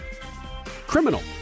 criminal